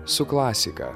su klasika